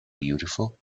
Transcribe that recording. beautiful